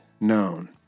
known